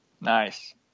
Nice